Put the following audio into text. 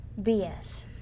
BS